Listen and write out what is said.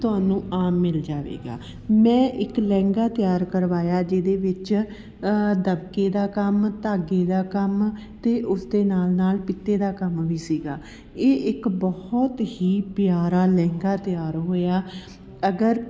ਤੁਹਾਨੂੰ ਆਮ ਮਿਲ ਜਾਵੇਗਾ ਮੈਂ ਇੱਕ ਲਹਿੰਗਾ ਤਿਆਰ ਕਰਵਾਇਆ ਜਿਹਦੇ ਵਿੱਚ ਦਬਕੇ ਦਾ ਕੰਮ ਧਾਗੇ ਦਾ ਕੰਮ ਅਤੇ ਉਸ ਦੇ ਨਾਲ ਨਾਲ ਪਿੱਤੇ ਦਾ ਕੰਮ ਵੀ ਸੀਗਾ ਇਹ ਇੱਕ ਬਹੁਤ ਹੀ ਪਿਆਰਾ ਲਹਿੰਗਾ ਤਿਆਰ ਹੋਇਆ ਅਗਰ